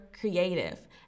creative